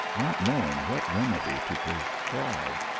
not knowing what remedy to prescribe.